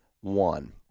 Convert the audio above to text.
one